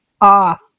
off